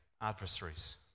adversaries